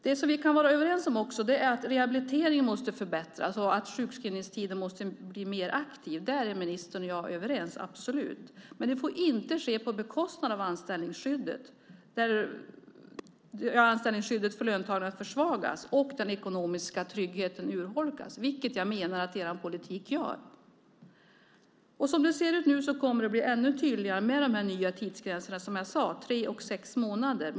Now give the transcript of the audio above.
Det som vi också kan vara överens om är att rehabiliteringen måste förbättras och att sjukskrivningstiden måste bli mer aktiv. Där är ministern och jag överens, absolut. Men det får inte ske genom att anställningsskyddet för löntagarna försvagas och den ekonomiska tryggheten urholkas, vilket jag menar att er politik innebär. Som det ser ut nu kommer det att bli ännu tydligare, som jag sade, med de nya tidsgränserna tre och sex månader.